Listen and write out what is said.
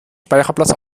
speicherplatz